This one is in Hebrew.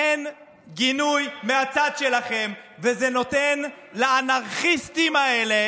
אין גינוי מהצד שלכם, וזה נותן לאנרכיסטים האלה